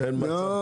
אין מצב.